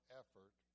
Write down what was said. effort